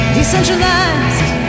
Decentralized